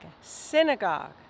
Synagogue